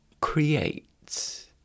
creates